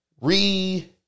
re